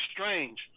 strange